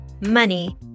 money